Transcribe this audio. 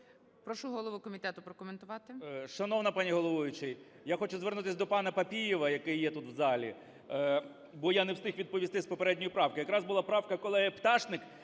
Прошу голову комітету прокоментувати.